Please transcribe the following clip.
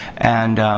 and,